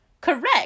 correct